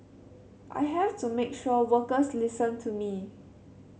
I have to make sure workers listen to me